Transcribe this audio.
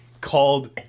called